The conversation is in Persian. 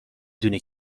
دونی